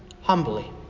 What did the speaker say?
humbly